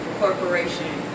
corporation